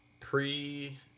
Pre